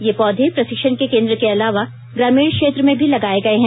ये पौधे प्रशिक्षण के केन्द्र के अलावा ग्रामीण क्षेत्र में भी लगाये गये हैं